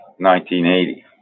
1980